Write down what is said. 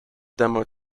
demo